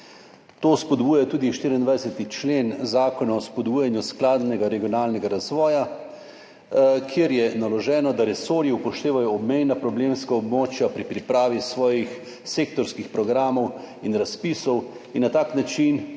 To spodbuja tudi 24. člen Zakona o spodbujanju skladnega regionalnega razvoja, kjer je naloženo, da resorji upoštevajo obmejna problemska območja pri pripravi svojih sektorskih programov in razpisov in na tak način